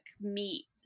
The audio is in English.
meat